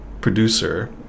producer